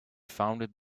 founded